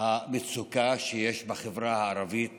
המצוקה שיש בחברה הערבית